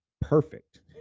perfect